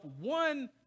one